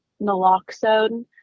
Naloxone